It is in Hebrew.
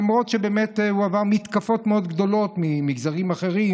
למרות שבאמת הוא עבר מתקפות מאוד גדולות ממגזרים אחרים